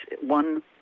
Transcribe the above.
one